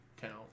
count